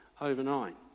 overnight